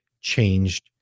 changed